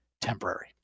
temporary